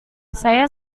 saya